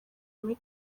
muri